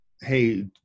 hey